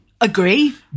Agree